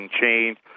change